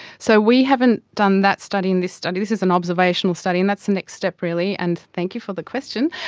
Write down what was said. so we haven't done that study in this study. this is an observational study, and that's the next step really, and thank you for the question.